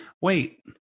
Wait